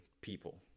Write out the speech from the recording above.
people